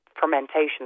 fermentation